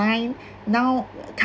now